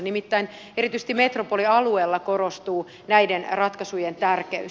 nimittäin erityisesti metropolialueella korostuu näiden ratkaisujen tärkeys